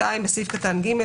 בסעיף קטן (ג),